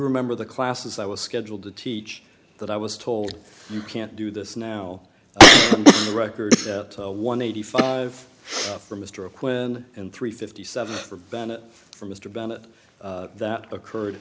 remember the classes i was scheduled to teach that i was told you can't do this now record that one eighty five for mr o'quinn and three fifty seven for bennett for mr bennett that occurred